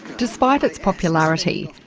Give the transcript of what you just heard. despite its popularity,